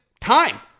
time